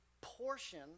portion